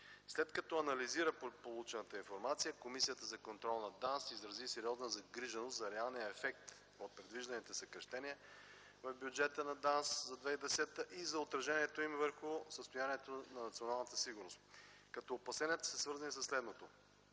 След като анализира получената информация, Комисията за контрол на ДАНС изрази сериозна загриженост за реалния ефект от предвижданите съкращения в бюджета на ДАНС за 2010 г. и за отражението им върху състоянието на националната сигурност, като опасенията са свързани със следното: